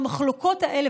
המחלוקות האלה.